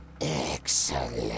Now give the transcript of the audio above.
Excellent